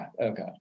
Okay